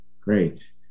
Great